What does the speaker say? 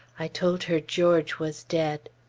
i told her george was dead.